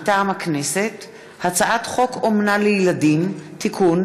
מטעם הכנסת: הצעת חוק אומנה לילדים (תיקון,